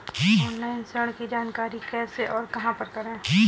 Online ऋण की जानकारी कैसे और कहां पर करें?